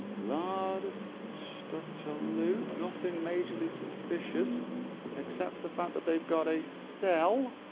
lot of stuff too loot nothing majorly suspicious except the fact that they've got a cell